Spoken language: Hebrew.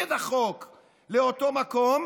כנגד החוק לאותו מקום,